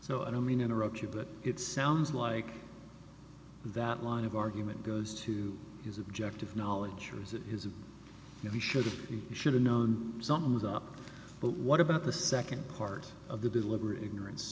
so i don't mean to interrupt you but it sounds like that line of argument goes to his objective knowledge or is it his if he should you should have known something was up but what about the second part of the deliberate ignorance